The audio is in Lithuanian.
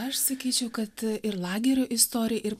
aš sakyčiau kad ir lagerio istorija ir